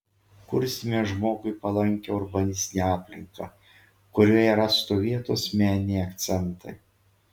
kursime žmogui palankią urbanistinę aplinką kurioje rastų vietos meniniai akcentai